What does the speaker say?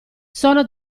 sono